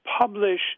publish